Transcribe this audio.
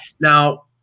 Now